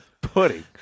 pudding